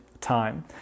time